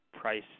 Price